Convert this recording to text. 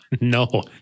No